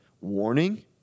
warning